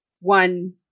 one